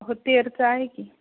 हो तेरचं आहे की